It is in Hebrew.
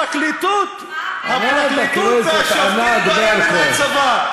הפרקליטות והשופטים במדים של הצבא.